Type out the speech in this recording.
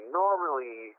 normally